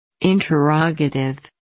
interrogative